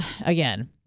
again